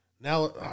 Now